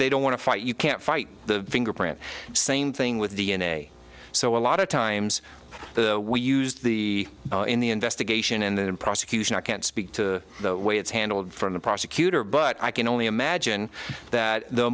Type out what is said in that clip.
they don't want to fight you can't fight the fingerprint same thing with d n a so a lot of times we used the in the investigation in the prosecution i can't speak to the way it's handled from the prosecutor but i can only imagine that the